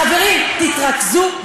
חברים, תתרכזו בחוק.